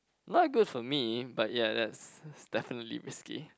not good for me but ya that's definitely risky